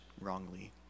wrongly